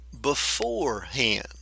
beforehand